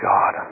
God